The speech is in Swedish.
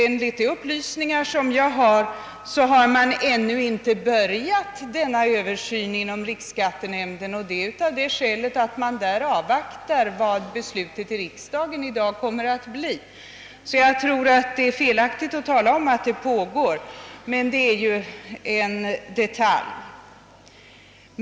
Enligt de upplysningar jag fått har man nämligen ännu inte påbörjat denna översyn inom riksskattenämnden, eftersom man avvaktar dagens beslut i riksdagen. Jag tror alltså att det är felaktigt att säga att det pågår en översyn.